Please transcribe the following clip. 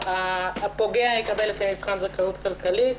הפוגע יקבל לפי מבחן זכאות כלכלית,